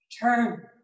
turn